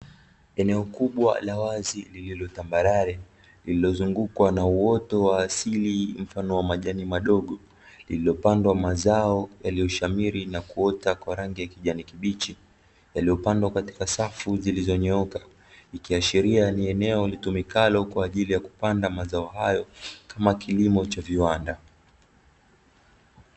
Eneo kubwa la wazi lililo tambarare, lililozungukwa na uoto wa asili mfano wa majani madogo, lililopandwa mazao yaliyoshamiri na kuota kwa rangi ya kijani kibichi, yaliyopandwa katika safu zilizonyooka, ikiashiria ni eneo litumikalo kupanda mazao hayo kama kilimo cha viwanda.